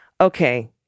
Okay